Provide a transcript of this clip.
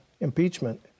impeachment